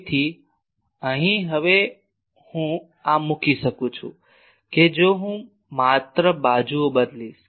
તેથી અહીં હવે હું આ મૂકી શકું છું કે જો હું માત્ર બાજુઓ બદલીશ તો હું તે લખી શકું છું